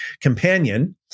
companion